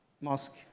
mosque